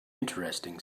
interesting